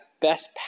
best